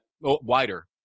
wider